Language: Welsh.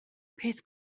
peth